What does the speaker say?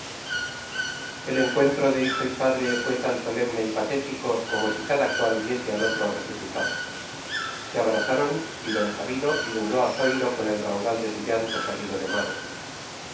el encuentro de hijo y padre fue tan solemne y patético como si cada cual viese al otro resucitado se abrazaron y d sabino inundó a zoilo con el raudal de su llanto salido de madre